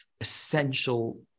essential